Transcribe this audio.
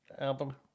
album